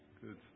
Good